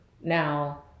now